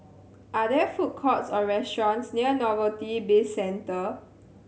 are there food courts or restaurants near Novelty Bizcentre